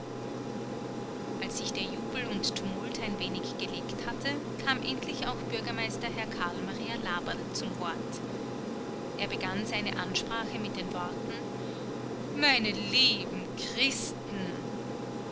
als sich der jubel und tumult ein wenig gelegt hatte kam endlich auch bürgermeister herr karl maria laberl zum wort er begann seine ansprache mit den worten meine lieben christen